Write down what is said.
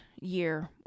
year